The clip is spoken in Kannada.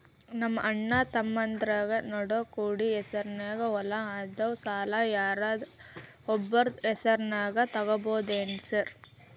ನಮ್ಮಅಣ್ಣತಮ್ಮಂದ್ರ ನಡು ಕೂಡಿ ಹೆಸರಲೆ ಹೊಲಾ ಅದಾವು, ಸಾಲ ಯಾರ್ದರ ಒಬ್ಬರ ಹೆಸರದಾಗ ತಗೋಬೋದೇನ್ರಿ?